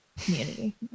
community